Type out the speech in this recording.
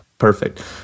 Perfect